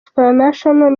supranational